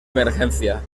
emergencia